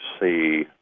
see